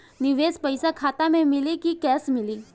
निवेश पइसा खाता में मिली कि कैश मिली?